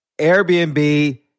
Airbnb